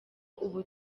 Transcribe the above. ubu